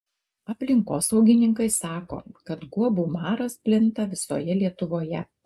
aplinkosaugininkai sako kad guobų maras plinta visoje lietuvoje